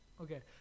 Okay